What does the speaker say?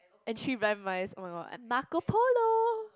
and three blind mice oh-my-god and Marco Polo